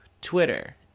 twitter